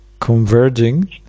converging